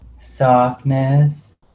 softness